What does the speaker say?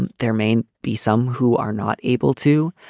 and there may be some who are not able to.